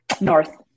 North